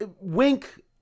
wink